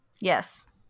Yes